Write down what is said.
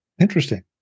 Interesting